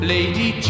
Lady